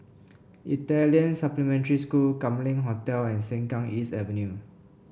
Italian Supplementary School Kam Leng Hotel and Sengkang East Avenue